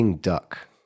duck